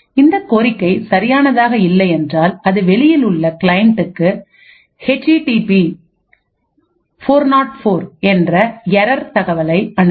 இந்த கோரிக்கை சரியானதாக இல்லை என்றால் அது வெளியில் உள்ள கிளையன்ட்க்கு HTTP404 என்ற எரர் தகவலை அனுப்பும்